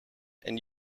and